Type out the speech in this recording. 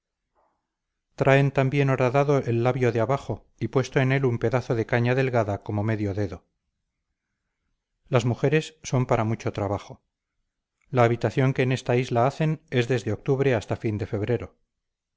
traen también horadado el labio de abajo y puesto en él un pedazo de caña delgada como medio dedo las mujeres son para mucho trabajo la habitación que en esta isla hacen es desde octubre hasta fin de febrero